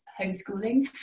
homeschooling